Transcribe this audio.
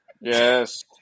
Yes